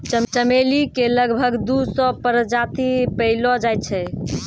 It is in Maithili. चमेली के लगभग दू सौ प्रजाति पैएलो जाय छै